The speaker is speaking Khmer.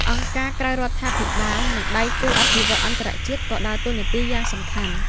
អង្គការក្រៅរដ្ឋាភិបាល និងដៃគូអភិវឌ្ឍន៍អន្តរជាតិក៏ដើរតួនាទីយ៉ាងសំខាន់។